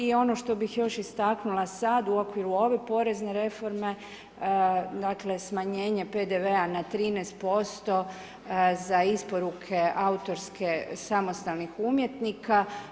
I ono što bih još istaknula sada u okviru ove porezne reforme, dakle, smanjenje PDV-a na 13% za isporuke autorske samostalnih umjetnika.